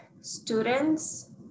students